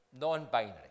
non-binary